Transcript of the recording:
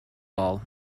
all